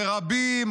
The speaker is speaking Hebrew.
ורבים,